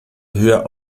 höher